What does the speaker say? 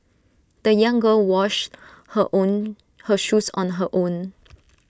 the young girl washed her own her shoes on her own